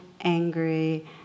angry